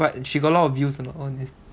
but she got a lot of views or not on these